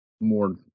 more